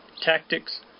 tactics